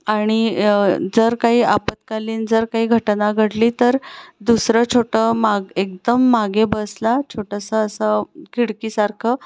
आणि जर काही आपत्कालीन जर काही घटना घडली तर दुसरं छोटं माग एकदम मागे बसला छोटंसं असं खिडकीसारखं